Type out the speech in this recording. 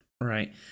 Right